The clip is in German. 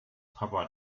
papa